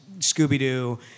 Scooby-Doo